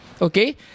okay